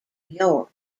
york